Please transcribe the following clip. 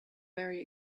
very